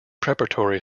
preparatory